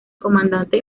comandante